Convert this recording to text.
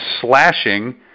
slashing